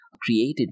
created